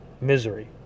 misery